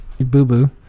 boo-boo